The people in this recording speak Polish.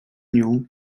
nią